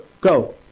go